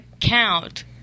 count